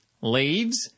leaves